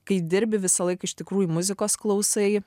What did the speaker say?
kai dirbi visąlaik iš tikrųjų muzikos klausai